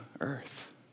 earth